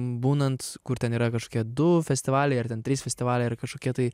būnant kur ten yra kažkokie du festivaliai ar ten trys festivaliai ar kažkokia tai